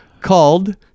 called